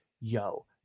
Yo